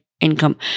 income